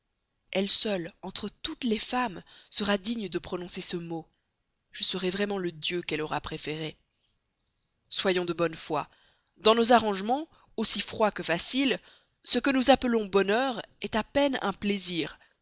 elle seule entre toutes les femmes sera digne de prononcer ce mot je serai vraiment le dieu qu'elle aura préféré soyons de bonne foi dans nos arrangements aussi froids que faciles ce que nous appelons bonheur est à peine un plaisir